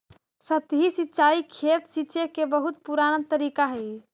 सतही सिंचाई खेत सींचे के बहुत पुराना तरीका हइ